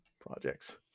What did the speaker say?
projects